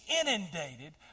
inundated